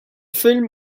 film